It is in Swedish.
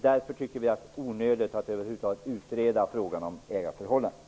Därför tycker vi att det är onödigt att över huvud taget utreda frågan om ägarförhållandena.